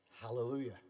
Hallelujah